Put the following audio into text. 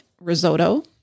risotto